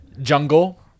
Jungle